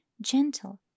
gentle